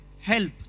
help